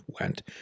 went